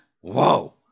Whoa